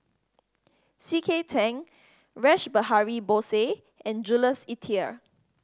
C K Tang Rash Behari Bose and Jules Itier